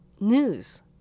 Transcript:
news